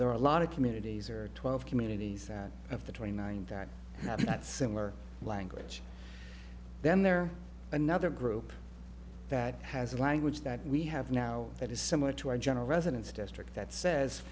there are a lot of communities or twelve communities of the twenty nine that have that similar language then there another group that has a language that we have now that is similar to our general residence district that says